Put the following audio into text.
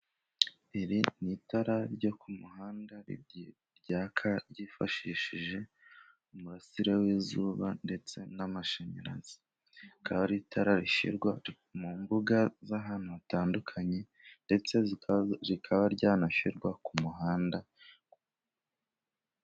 Iri ni itara ryo ku muhanda, ryaka ryifashishije umurasire w'izuba ndetse n'amashanyarazi. Rikaba ari itara rishyirwa mu mbuga z'ahantu hatandukanye, ndetse rikaba ryanashyirwa ku muhanda.